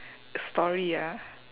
a story ya